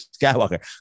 Skywalker